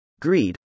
Greed